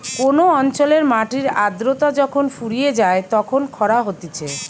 কোন অঞ্চলের মাটির আদ্রতা যখন ফুরিয়ে যায় তখন খরা হতিছে